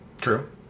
True